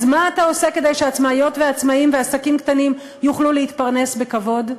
אז מה אתה עושה כדי שעצמאיות ועצמאים ועסקים קטנים יוכלו להתפרנס בכבוד?